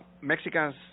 Mexicans